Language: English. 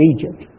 Egypt